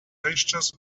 pastures